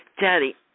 Daddy